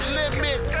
limit